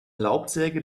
laubsäge